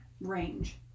range